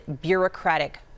bureaucratic